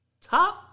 top